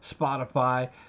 Spotify